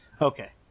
okay